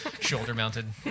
shoulder-mounted